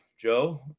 Joe